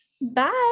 Bye